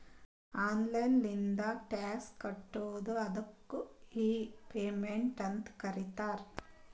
online ಲಿಂತ್ನು tax ಕಟ್ಬೋದು ಅದ್ದುಕ್ ಇ ಪೇಮೆಂಟ್ ಅಂತ್ ಕರೀತಾರ